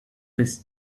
his